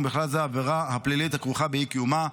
ובכלל זה העבירה הפלילית הכרוכה באי-קיומה,